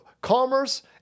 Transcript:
commerce